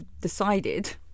decided